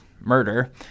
murder